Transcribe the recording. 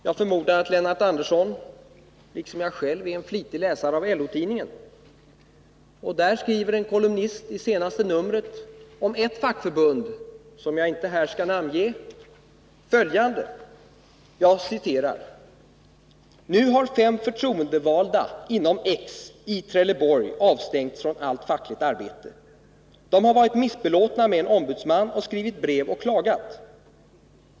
Jag förmodar att Lennart Andersson liksom jag själv är en flitig läsare av LO-tidningen. Där skriver en kolumnist i det senaste numret om ett fackförbund, som jag inte skall namnge här, följande: ”Nu har fem förtroendevalda inom —-—- i Trelleborg avstängts från allt fackligt arbete. De har varit missbelåtna med en ombudsman och skrivit brev och klagat.